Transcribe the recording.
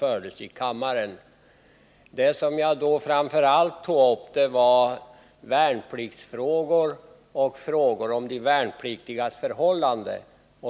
Vad jag då först och främst tog upp var frågor om värnplikten och om de värnpliktigas förhållanden.